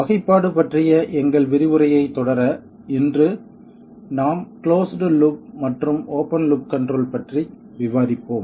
வகைப்பாடு பற்றிய எங்கள் விரிவுரையைத் தொடர இன்று நாம் கிளோஸ்ட் லூப் மற்றும் ஓபன் லூப் கன்ட்ரோல் பற்றி விவாதிப்போம்